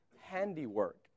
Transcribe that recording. handiwork